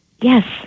Yes